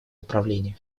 управления